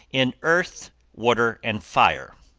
in earth, water and fire,